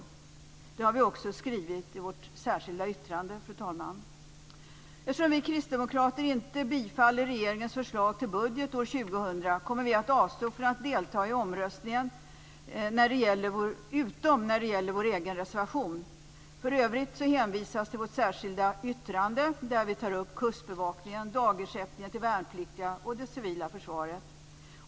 Fru talman! Detta har vi också skrivit i vårt särskilda yttrande. Eftersom vi kristdemokrater inte har bifallit regeringens förslag till budget år 2000 kommer vi att avstå från att delta i omröstningen utom när det gäller vår egen reservation. För övrigt hänvisas till vårt särskilda yttrande, där vi tar upp kustbevakningen, dagersättningen till värnpliktiga och det civila försvaret.